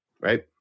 Right